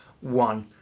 one